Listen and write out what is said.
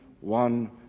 one